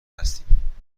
هستیم